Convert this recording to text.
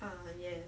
err yes